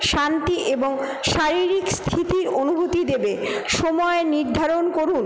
শান্তি এবং শারীরিক স্থিতির অনুভূতি দেবে সময় নির্ধারণ করুন